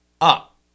up